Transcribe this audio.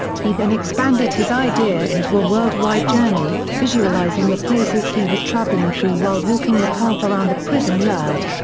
he then expanded his idea into a worldwide journey, visualizing the places he was traveling through while walking the path around the prison yard.